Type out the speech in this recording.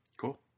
Cool